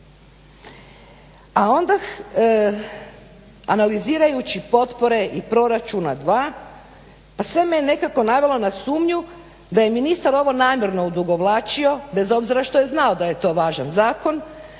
A onda analizirajući potpore i proračuna dva pa sve me nekako navelo na sumnju da je ministar ovo namjerno odugovlačio, bez obzira što je znao da je to važan zakon,